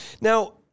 Now